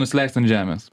nusileist ant žemės